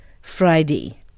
Friday